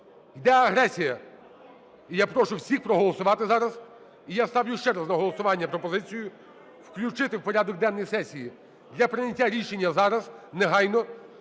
Йде агресія. І я прошу всіх проголосувати зараз. І я ставлю ще раз на голосування пропозицію включити в порядок денний сесії для прийняття рішення зараз, негайно,